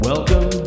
Welcome